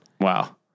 Wow